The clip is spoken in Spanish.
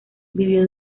vivió